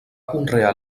conrear